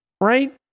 right